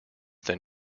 than